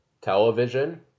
television